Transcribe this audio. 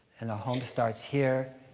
and the home starts here.